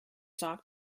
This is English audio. talk